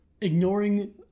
Ignoring